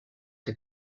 que